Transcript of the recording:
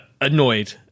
annoyed